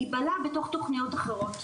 יבלע בתוך תוכניות אחרות.